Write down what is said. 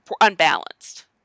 unbalanced